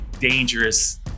dangerous